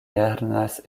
lernas